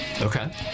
Okay